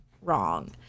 wrong